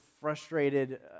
frustrated